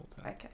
Okay